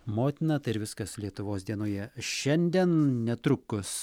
motiną tai ir viskas lietuvos dienoje šiandien netrukus